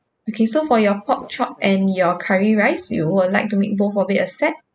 okay so for your pork chop and your curry rice you would like to make both of it a set